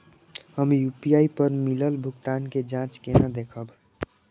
हम यू.पी.आई पर मिलल भुगतान के जाँच केना देखब?